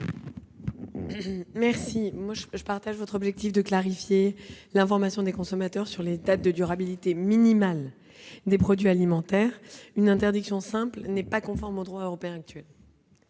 si je partage votre objectif de clarifier l'information des consommateurs sur les dates de durabilité minimale des produits alimentaires, une interdiction simple n'est pas conforme au droit européen actuel.